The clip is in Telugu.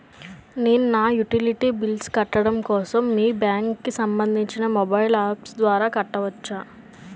నేను నా యుటిలిటీ బిల్ల్స్ కట్టడం కోసం మీ బ్యాంక్ కి సంబందించిన మొబైల్ అప్స్ ద్వారా కట్టవచ్చా?